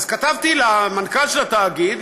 אז כתבתי למנכ"ל של התאגיד,